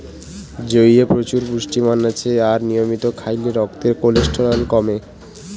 জইয়ে প্রচুর পুষ্টিমান আছে আর নিয়মিত খাইলে রক্তের কোলেস্টেরল কমে